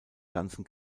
ganzen